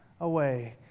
away